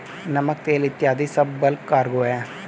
नमक, तेल इत्यादी सब बल्क कार्गो हैं